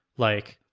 like,